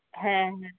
ᱦᱮᱸ ᱦᱮᱸ